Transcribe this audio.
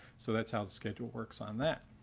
so that's how the schedule works on that.